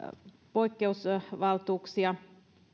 poikkeusvaltuuksia